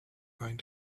going